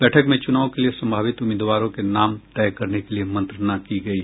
बैठक में चुनाव के लिए संभावित उम्मीदवारों के नाम तय करने के लिए मंत्रणा की गयी